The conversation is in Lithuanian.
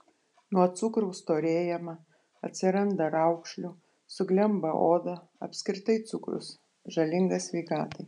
nuo cukraus storėjama atsiranda raukšlių suglemba oda apskritai cukrus žalingas sveikatai